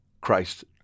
Christ